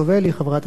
חברת הכנסת,